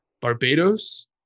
Barbados